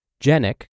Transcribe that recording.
genic